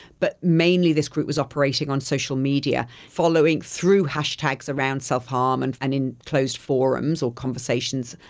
but mainly this group was operating on social media, following through hashtags around self-harm and and in closed forums or conversations.